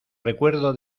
recuerdo